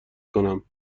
کنم